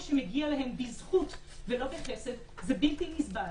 שמגיע להן בזכות ולא בחסד זה בלתי נסבל.